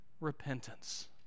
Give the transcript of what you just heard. repentance